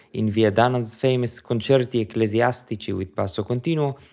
in viadana's famous concerti ecclesiastici with basso continuo,